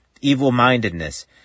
evil-mindedness